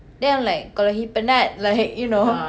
then I'm like kalau he penat like you know